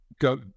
go